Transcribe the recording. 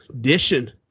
dishing